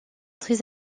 très